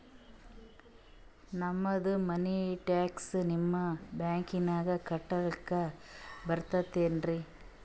ನಮ್ದು money tax ನಿಮ್ಮ ಬ್ಯಾಂಕಿನಾಗ ಕಟ್ಲಾಕ ಬರ್ತದೇನ್ರಿ?